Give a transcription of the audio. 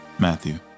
Matthew